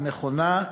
היא נכונה,